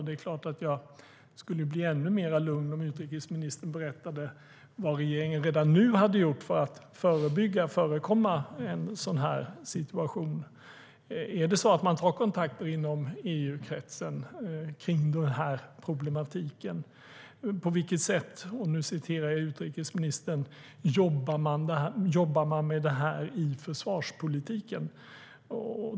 Det är klart att jag skulle bli ännu lugnare om utrikesministern berättade vad regeringen redan har gjort för att förebygga och förekomma en sådan situation. Tar man kontakt inom EU-kretsen om den här problematiken? På vilket sätt - och nu citerar jag utrikesministern - jobbar man med det här "via försvarspolitiken"?